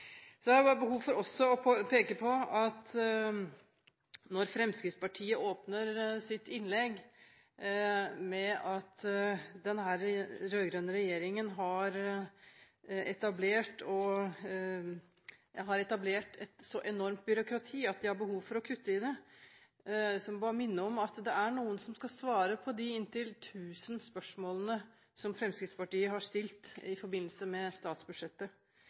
Så har jeg også behov for å peke på at når representanten fra Fremskrittspartiet åpner sitt innlegg med å si at den rød-grønne regjeringen har etablert et så enormt byråkrati at man har behov for å kutte i det, vil jeg bare minne om at det er noen som skal svare på de inntil 1 000 spørsmålene som Fremskrittspartiet har stilt i forbindelse med statsbudsjettet.